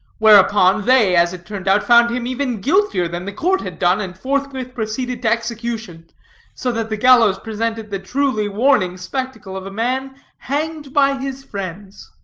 whereupon, they, as it turned out, found him even guiltier than the court had done, and forthwith proceeded to execution so that the gallows presented the truly warning spectacle of a man hanged by his friends.